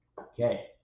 Okay